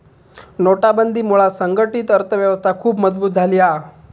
नोटबंदीमुळा संघटीत अर्थ व्यवस्था खुप मजबुत झाली हा